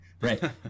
Right